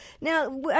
Now